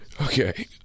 Okay